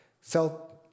felt